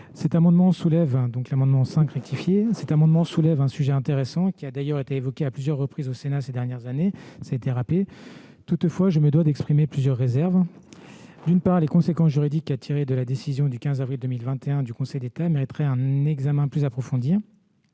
cet avis. Enfin, l'amendement n° 5 rectifié de M. Dantec soulève un sujet intéressant, qui a d'ailleurs été évoqué à plusieurs reprises au Sénat ces dernières années. Toutefois, je me dois d'exprimer plusieurs réserves. D'une part, les conséquences juridiques à tirer de la décision du 15 avril 2021 du Conseil d'État mériteraient un examen plus approfondi.